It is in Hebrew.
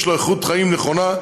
לתת לאזרחים שלו איכות חיים נכונה,